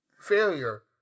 failure